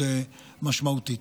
מאוד משמעותית.